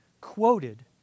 quoted